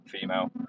female